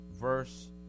verse